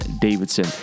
Davidson